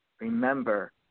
remember